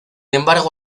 embargo